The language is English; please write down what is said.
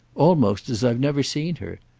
almost as i've never seen her.